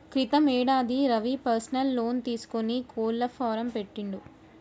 క్రితం యేడాది Ravi personal loan తీసుకొని కోళ్ల ఫాం పెట్టిండు